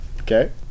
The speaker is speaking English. Okay